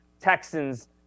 Texans